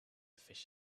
fish